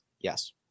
Yes